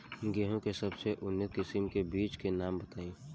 गेहूं के सबसे उन्नत किस्म के बिज के नाम बताई?